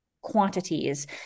quantities